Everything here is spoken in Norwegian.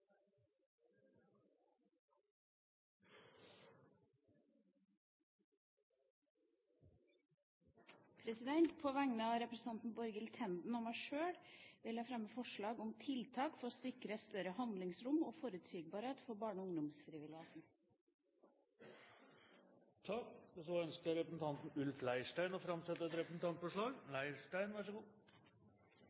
På vegne av representanten Borghild Tenden og meg sjøl vil jeg fremme forslag om tiltak for å sikre større handlingsrom og forutsigbarhet for barne- og ungdomsfrivilligheten. Representanten Ulf Leirstein vil framsette et representantforslag.